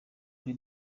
cya